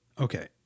okay